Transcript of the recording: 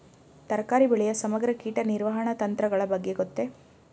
ತರಕಾರಿ ಬೆಳೆಯ ಸಮಗ್ರ ಕೀಟ ನಿರ್ವಹಣಾ ತಂತ್ರಗಳ ಬಗ್ಗೆ ಗೊತ್ತೇ?